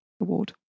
award